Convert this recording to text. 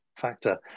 factor